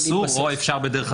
אסור או אפשר בדרך אחרת.